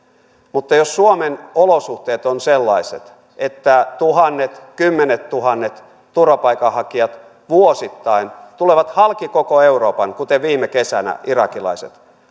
mutta jos suomen olosuhteet ovat sellaiset että tuhannet kymmenettuhannet turvapaikanhakijat vuosittain tulevat halki koko euroopan kuten viime kesänä irakilaiset